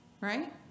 Right